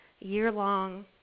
year-long